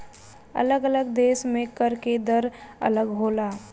अलग अलग देश में कर के दर अलग होला